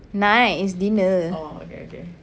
night it's dinner